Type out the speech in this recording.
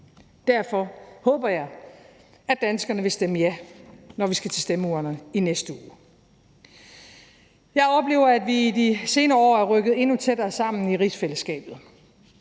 Derfor håber jeg, at danskerne vil stemme ja, når vi skal til stemmeurnerne i næste uge. Kl. 21:54 Jeg oplever, at vi i de senere år er rykket endnu tættere sammen i rigsfællesskabet.